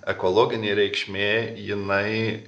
ekologinė reikšmė jinai